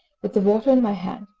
with the water in my hand.